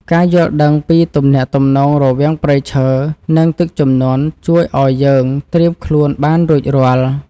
ការយល់ដឹងពីទំនាក់ទំនងរវាងព្រៃឈើ និងទឹកជំនន់ជួយឱ្យយើងត្រៀមខ្លួនបានរួចរាល់។